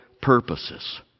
purposes